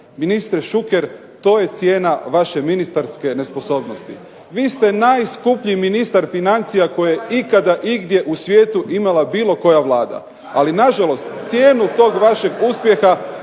Ministre Šuker to je cijena vaše ministarske nesposobnosti. Vi ste najskuplji ministar financija kojeg je ikada igdje u svijetu imala bilo koja vlada, ali na žalost cijenu tog vašeg uspjeha